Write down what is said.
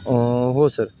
हो सर